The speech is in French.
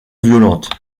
violentes